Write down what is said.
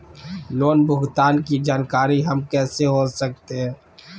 Loan भुगतान की जानकारी हम कैसे हो सकते हैं?